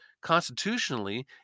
constitutionally